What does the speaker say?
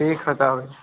एक हजार